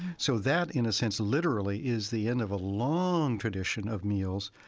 so that, in a sense, literally is the end of a long tradition of meals,